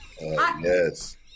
Yes